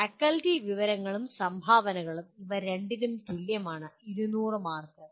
faculty വിവരങ്ങളും സംഭാവനകളും ഇവ രണ്ടിനും തുല്യമാണ് 200 മാർക്ക്